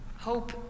Hope